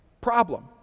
problem